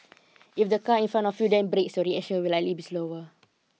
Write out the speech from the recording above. if the car in front of you then brakes so you should will likely be slower